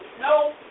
no